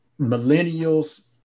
millennials